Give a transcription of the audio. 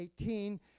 18